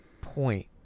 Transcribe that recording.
point